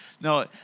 No